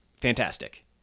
fantastic